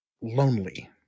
lonely